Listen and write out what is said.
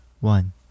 one